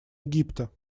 египта